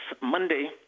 Monday